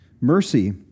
Mercy